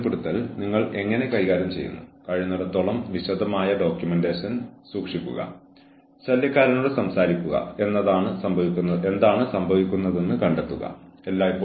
പക്ഷേ ഒരു മനുഷ്യനെന്ന നിലയിൽ നാമെല്ലാവരും മനുഷ്യരാണ് പരസ്പരം പിന്തുണയ്ക്കാൻ ഞങ്ങൾ ഇവിടെയുണ്ട്